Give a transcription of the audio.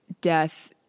death